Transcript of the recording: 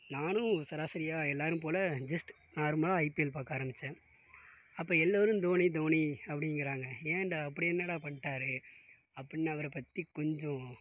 நானும் சராசரியாக எல்லாரும் போல ஜஸ்ட் நார்மலாக ஐபிஎல் பாக்க ஆரம்பிச்சேன் அப்போ எல்லோரும் தோனி தோனி அப்படிங்கிறாங்க யான்டா அப்படி என்னாடா பண்ணிட்டார்ரு அப்படின்னு அவரப்பற்றி கொஞ்சம்